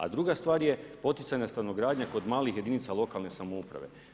A druga stvar je poticajna stanogradnja kod malih jedinica lokalne samouprave.